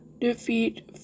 Defeat